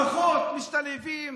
הרוחות משתלהבות.